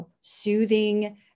soothing